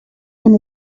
and